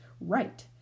right